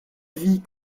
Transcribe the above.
vie